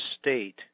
state